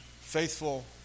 faithful